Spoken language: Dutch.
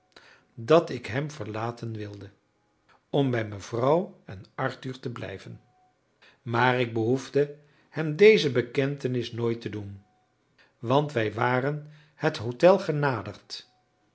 dat ik hem verlaten wilde om bij mevrouw en arthur te blijven maar ik behoefde hem deze bekentenis nooit te doen want wij waren het hotel genaderd